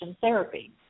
therapy